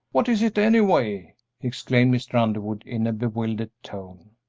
what is it, anyway? exclaimed mr. underwood, in a bewildered tone.